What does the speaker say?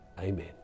Amen